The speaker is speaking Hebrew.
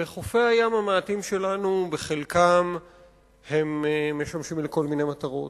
וחופי-הים המעטים שלנו משמשים בחלקם לכל מיני מטרות,